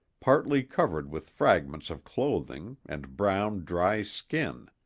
partly covered with fragments of clothing, and brown dry skin.